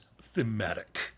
thematic